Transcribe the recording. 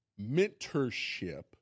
Mentorship